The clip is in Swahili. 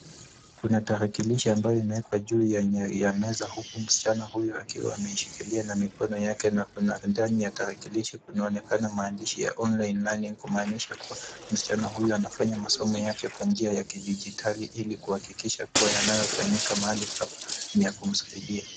Kuna tarakilishi ambayo imewekwa juu ya meza huku msichana huyu akiwa ameishikilia na mikono yake na kuna ndani ya tarakilishi kunaonekana maandishi ya online learning kumaanisha kuwa msichana huyu anafanya masomo yake kwa njia ya kidijitali, ili kuhakikisha kuwa yanayofanyika mahali hapa ni ya kumsaidia.